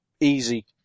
easy